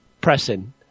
pressing